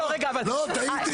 טעיתי, טעיתי, טעיתי.